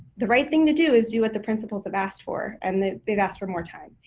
the right thing to do, is do what the principals have asked for. and that they've asked for more time.